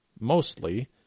mostly